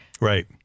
Right